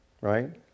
right